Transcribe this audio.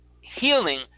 Healing